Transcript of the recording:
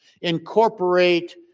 incorporate